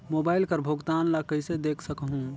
Mobile कर भुगतान ला कइसे देख सकहुं?